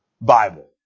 Bible